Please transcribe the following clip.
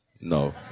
No